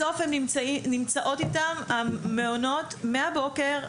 בסוף הן נמצאות איתן במעונות מהבוקר.